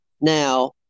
Now